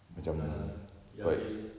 no lah ya they